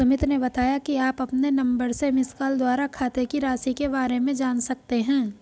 सुमित ने बताया कि आप अपने नंबर से मिसकॉल द्वारा खाते की राशि के बारे में जान सकते हैं